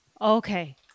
Okay